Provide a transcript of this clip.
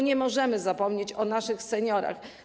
Nie możemy zapomnieć o naszych seniorach.